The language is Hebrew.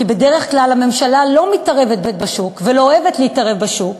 כי בדרך כלל הממשלה לא מתערבת בחוק ולא אוהבת להתערב בשוק,